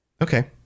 okay